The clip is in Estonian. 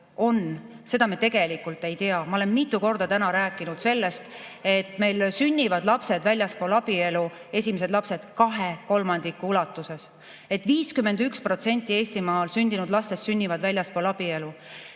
seda me tegelikult ei tea. Ma olen mitu korda täna rääkinud sellest, et meil sünnivad lapsed ka väljaspool abielu, esimesed lapsed lausa kahe kolmandiku ulatuses. 51% Eestimaal sündinud lastest on sündinud väljaspool abielu.